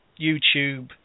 YouTube